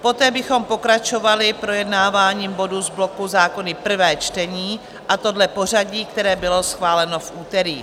Poté bychom pokračovali projednáváním bodů z bloku Zákony prvé čtení, a to dle pořadí, které bylo schváleno v úterý.